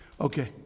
okay